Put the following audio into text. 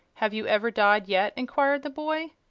have you ever died yet? enquired the boy.